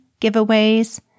giveaways